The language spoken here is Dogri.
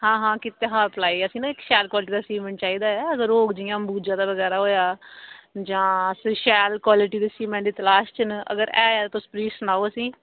हां हां कीता हा अप्लाई असें ना इक शैल क्वाल्टी दा सीमैटं चाहिदा ऐ अगर होग जियां अम्बुजा बगैरा होआ जां शैल क्वाल्टी दा सीमैटं दी तलाश च न अगर है तुस भी सनाओ असें ई